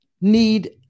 need